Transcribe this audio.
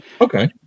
okay